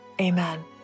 Amen